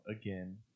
again